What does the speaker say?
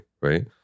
right